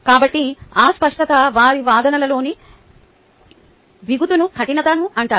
కాబట్టి ఆ స్పష్టత వారి వాదనలలోని బిగుతును కఠినత అంటారు